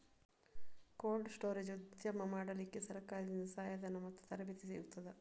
Cold storage ಉದ್ಯಮ ಮಾಡಲಿಕ್ಕೆ ಸರಕಾರದಿಂದ ಸಹಾಯ ಧನ ಮತ್ತು ತರಬೇತಿ ಸಿಗುತ್ತದಾ?